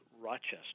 Rochester